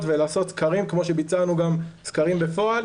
ולעשות סקרים כמו שביצענו גם סקרים בפועל.